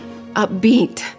upbeat